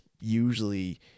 usually